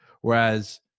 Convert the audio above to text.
Whereas